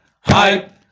hype